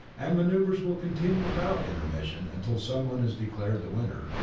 and manoeuvres will continue without intermission until someone is declared the winner,